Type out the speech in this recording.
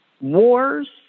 Wars